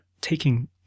taking